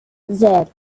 zero